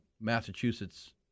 Massachusetts